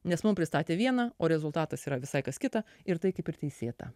nes mums pristatė vieną o rezultatas yra visai kas kita ir tai kaip ir teisėta